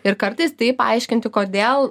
ir kartais tai paaiškinti kodėl